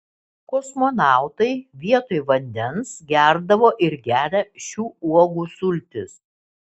kosmonautai vietoj vandens gerdavo ir geria šių uogų sultis